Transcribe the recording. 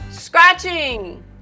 Scratching